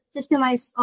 Systemize